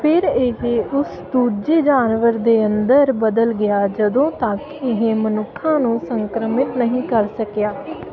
ਫਿਰ ਇਹ ਉਸ ਦੂਜੇ ਜਾਨਵਰ ਦੇ ਅੰਦਰ ਬਦਲ ਗਿਆ ਜਦੋਂ ਤੱਕ ਇਹ ਮਨੁੱਖਾਂ ਨੂੰ ਸੰਕ੍ਰਮਿਤ ਨਹੀਂ ਕਰ ਸਕਿਆ